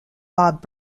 bob